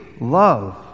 love